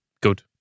Good